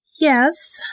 Yes